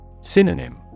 Synonym